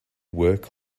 work